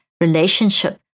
relationship